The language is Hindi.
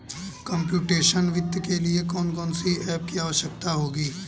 कंप्युटेशनल वित्त के लिए कौन कौन सी एप की आवश्यकता होगी?